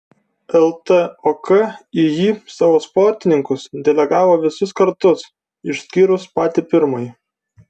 ltok į jį savo sportininkus delegavo visus kartus išskyrus patį pirmąjį